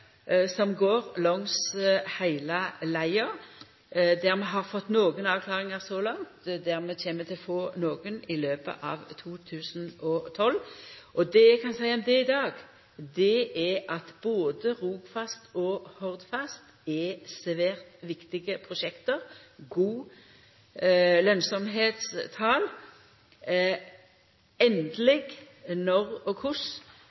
som går langs heile leia, der vi har fått nokre avklaringar så langt, der vi kjem til å få nokon i løpet av 2012. Det eg kan seia om det i dag, er at både Rogfast og Hordfast er svært viktige prosjekt og har gode tal for lønnsemd. Endeleg når og